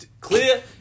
clear